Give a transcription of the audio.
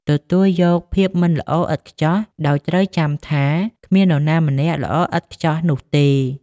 ទទួលយកភាពមិនល្អឥតខ្ចោះ ដោយត្រូវចាំថាគ្មាននរណាម្នាក់ល្អឥតខ្ចោះនោះទេ។